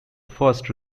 first